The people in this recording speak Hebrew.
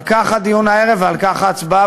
על כך הדיון הערב ועל כך ההצבעה.